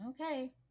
Okay